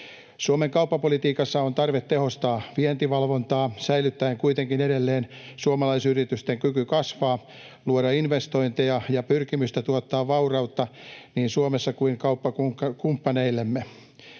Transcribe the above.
Suomen kauppapolitiikassa on tarve tehostaa vientivalvontaa säilyttäen kuitenkin edelleen suomalaisyritysten kyvyn kasvaa, luoda investointeja ja pyrkimystä tuottaa vaurautta niin Suomessa kuin kauppakumppaneillemme.